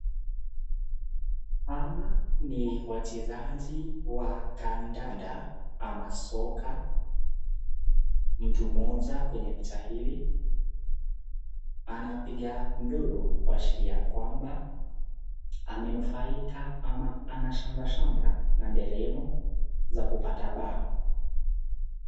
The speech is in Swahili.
Hawa ni wachezaji wa kandanda ama soka, mtu mmoja kwenye picha hili anapiga nduru kuashiria kwamba amenufaika ama ana shamra shamra na nderemo za kupata bao.